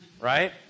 right